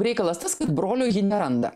reikalas tas kad brolio ji neranda